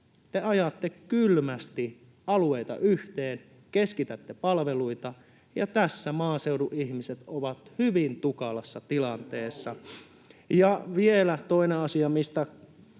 Te ajatte kylmästi alueita yhteen, keskitätte palveluita, ja tässä maaseudun ihmiset ovat hyvin tukalassa tilanteessa. Vielä toinen asia, mistä